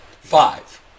Five